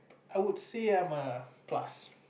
I would say I'm a plus